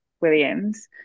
Williams